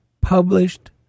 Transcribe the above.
published